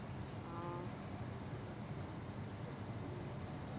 ꯑꯣ ꯎꯝ ꯎꯝ